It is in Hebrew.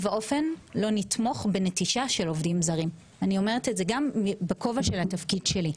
אני אומרת את זה גם בכובע של התפקיד שלי.